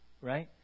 right